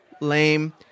lame